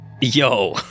Yo